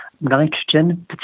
nitrogen